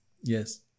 Yes